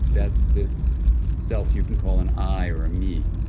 that's this self you can call an i or a me.